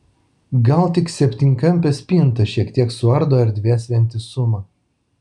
gal tik septynkampė spinta šiek tiek suardo erdvės vientisumą